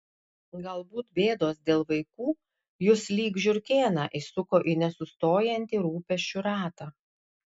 galbūt bėdos dėl vaikų jus lyg žiurkėną įsuko į nesustojantį rūpesčių ratą